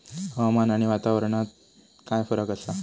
हवामान आणि वातावरणात काय फरक असा?